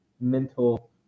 mental